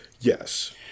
Yes